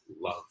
love